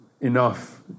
enough